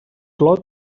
clot